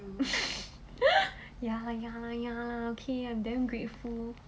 ya lah ya lah ya lah okay I'm damn grateful